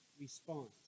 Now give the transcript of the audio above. response